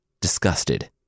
disgusted